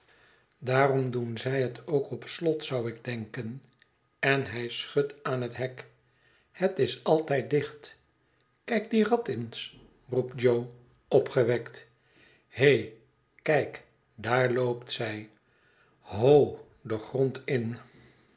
daarom doen zij het ook op slot zou ik denken en hij schudt aan het hek het is altijd dicht kijk die rat eens roept jo opgewekt he kijk daar loopt zij ho den grond in